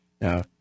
Now